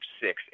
six